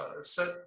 set